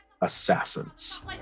Assassins